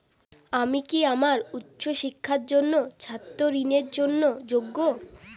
আমি কি আমার উচ্চ শিক্ষার জন্য ছাত্র ঋণের জন্য যোগ্য?